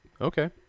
Okay